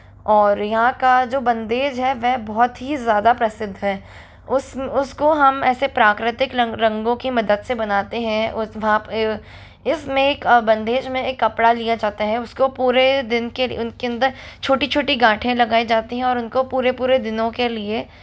और यहाँ का जो बंधेज है वह बहुत ही ज़्यादा प्रसिद्ध है उस उसको हम ऐसे प्राकृतिक रंग रंगों की मदद से बनाते हैं उस वहाँ पे इसमें एक बंधेज में एक कपड़ा लिया जाता है उसको पूरे दिन के उनके अंदर छोटी छोटी गांठें लगाई जाती हैं और उनको पूरे पूरे दिनों के लिए